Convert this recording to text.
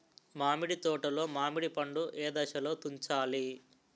మామిడి తోటలో మామిడి పండు నీ ఏదశలో తుంచాలి?